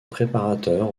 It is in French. préparateur